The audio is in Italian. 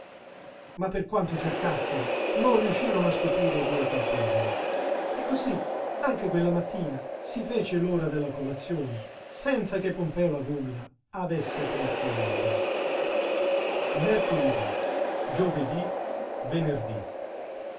ma per quanto cercassero non riuscirono a scoprire i due colpevoli e cosí anche quella mattina si fece l'ora della colazione senza che pompeo lagúmina avesse aperto il libro mercoledí giovedí venerdí